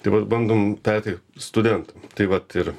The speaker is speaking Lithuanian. tai vat bandom perteikt studentam tai vat ir